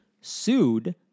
sued